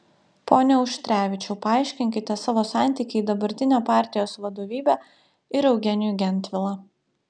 pone auštrevičiau paaiškinkite savo santykį į dabartinę partijos vadovybę ir eugenijų gentvilą